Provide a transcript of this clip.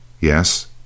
Yes